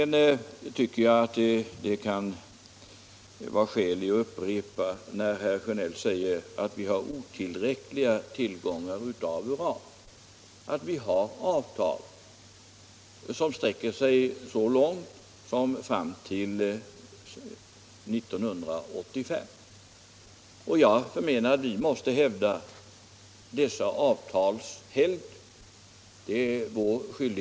När herr Sjönell säger att våra tillgångar på uran är otillräckliga kan det vara skäl att upprepa, att vi har några avtal som sträcker sig så långt som fram till 1985. Jag förmenar att vi måste hävda dessa avtals helgd.